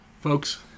Folks